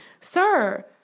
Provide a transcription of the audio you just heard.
Sir